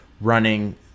running